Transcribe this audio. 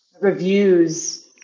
reviews